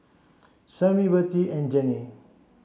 Samie Bertie and Jenni